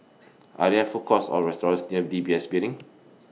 Are There Food Courts Or restaurants near D B S Building